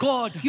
God